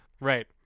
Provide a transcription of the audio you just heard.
Right